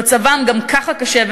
שמצבם גם ככה קשה,